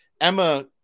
Emma